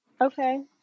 okay